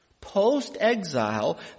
Post-exile